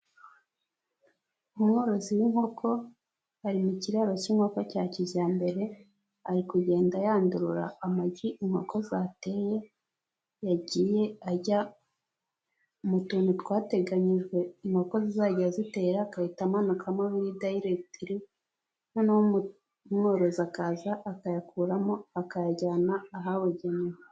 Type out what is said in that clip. Umworozi w'inkoko ari mu kiraro cy'inkoko cya kijyambere ari kugenda yandurura amagi inkoko zateye yagiye ajya mu tuntu twateganyijwe inkoko zizajya zitera akahita amanukamo buiri dayirekitiri, noneho umworozi akaza akayakuramo akayajyana ahabugenewe.